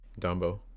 Dumbo